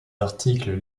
articles